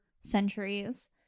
centuries